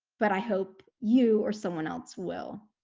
but i hope you or someone else will.